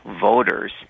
voters